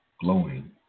glowing